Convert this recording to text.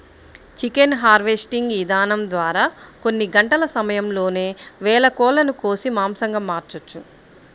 chicken harvesting ఇదానం ద్వారా కొన్ని గంటల సమయంలోనే వేల కోళ్ళను కోసి మాంసంగా మార్చొచ్చు